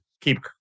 keep